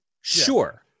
Sure